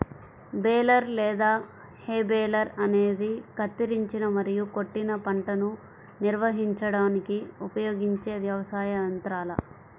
baler లేదా hay baler అనేది కత్తిరించిన మరియు కొట్టిన పంటను నిర్వహించడానికి ఉపయోగించే వ్యవసాయ యంత్రాల